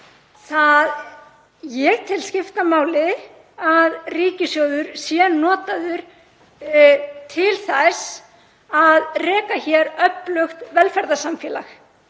Ég tel skipta máli að ríkissjóður sé notaður til að reka hér öflugt velferðarsamfélag.